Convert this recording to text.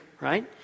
right